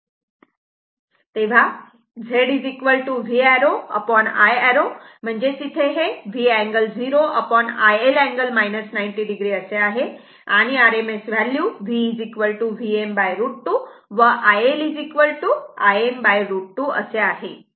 तेव्हा Z V arrow I arrow म्हणजेच इथे V angle 0 iL angle 90 o असे आहे आणि RMS व्हॅल्यू V Vm√ 2 व iL Im√ 2 असे आहे